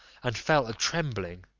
and fell a trembling.